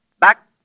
back